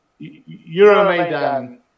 Euromaidan